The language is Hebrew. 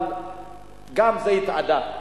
אבל גם זה התאדה,